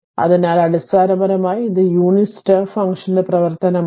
അതിനാൽ അടിസ്ഥാനപരമായി ഇത് യൂണിറ്റ് സ്റ്റെപ്പ് ഫംഗ്ഷന്റെ പ്രവർത്തനമാണ്